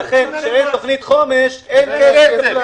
ולכן כשאין תוכנית אין כסף.